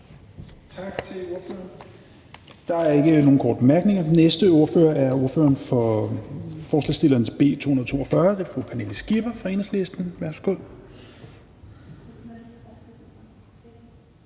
Der er ikke nogen korte bemærkninger. Den næste ordfører er ordføreren for forslagsstillerne til B 242, og det er fru Pernille Skipper fra Enhedslisten.